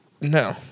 No